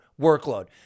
workload